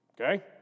Okay